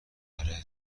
آره